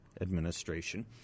Administration